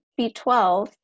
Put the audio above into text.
B12